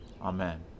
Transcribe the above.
Amen